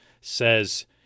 says –